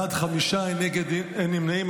בעד, חמישה, אין נגד, אין נמנעים.